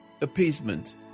appeasement